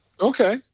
Okay